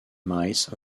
mice